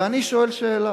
ואני שואל שאלה,